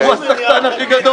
הוא הסחטן הכי גדול.